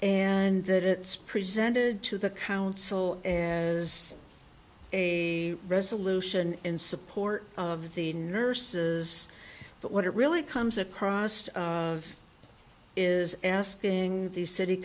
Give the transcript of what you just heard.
and that it's presented to the council and as a resolution in support of the nurses but what it really comes across is asking the city